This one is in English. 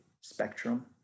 Spectrum